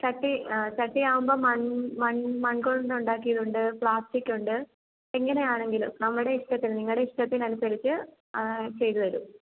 ചട്ടി ചട്ടി ആകുമ്പോൾ മണ്ണ് മണ്ണ് മണ്ണുകൊണ്ട് ഉണ്ടാക്കിയത് ഉണ്ട് പ്ലാസ്റ്റിക്ക് ഉണ്ട് എങ്ങനെ ആണെങ്കിലും നമ്മുടെ ഇഷ്ടത്തിന് നിങ്ങളുടെ ഇഷ്ടത്തിന് അനുസരിച്ച് ചെയ്ത് തരും